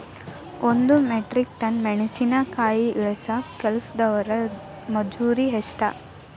ಒಂದ್ metric tonne ಮೆಣಸಿನಕಾಯಿ ಇಳಸಾಕ್ ಕೆಲಸ್ದವರ ಮಜೂರಿ ಎಷ್ಟ?